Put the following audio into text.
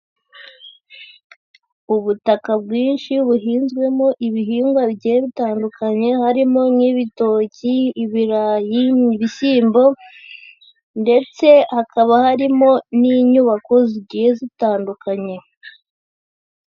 Ubutaka bwinshi buhinzwemo ibihingwa bigiye bitandukanye, harimo: nk'ibitoki, ibirayi, ibishyimbo, ndetse hakaba harimo n'inyubako zigiye zitandukanye.